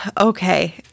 Okay